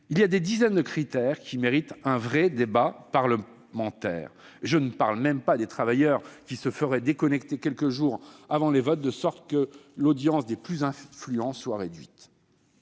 Il y a des dizaines de critères qui méritent un vrai débat parlementaire. Et je ne parle même pas des travailleurs qui se feraient déconnecter quelques jours avant les votes, de sorte que l'audience des plus influents soit réduite